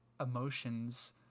emotions